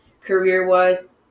career-wise